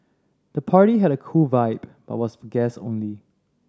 the party had a cool vibe but was for guests only